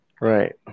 Right